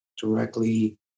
directly